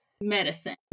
medicine